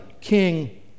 king